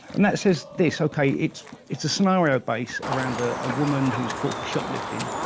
and that says this, ok, it's it's a scenario base around ah a woman who's caught for shoplifting.